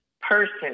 person